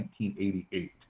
1988